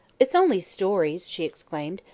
it's only stories, she exclaimed,